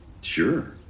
Sure